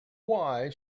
why